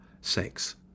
sex